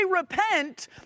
repent